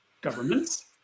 governments